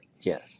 Yes